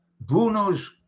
Bruno's